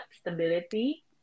stability